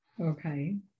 Okay